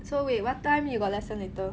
so wait what time you got lesson later